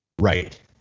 right